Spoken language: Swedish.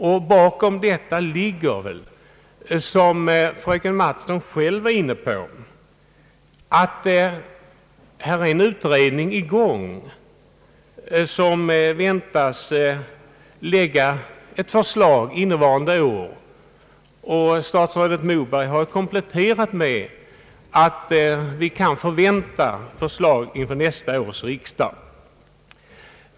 Orsaken är, som fröken Mattson själv antydde, att en utredning är i gång som väntas framlägga förslag detta år — enligt statsrådet Moberg skulle nämnda förslag föreläggas nästa års riksdag.